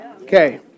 Okay